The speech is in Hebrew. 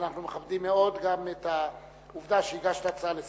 אבל אנחנו מכבדים מאוד גם את העובדה שהגשת הצעה לסדר-היום.